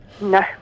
No